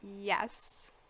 Yes